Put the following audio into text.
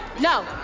no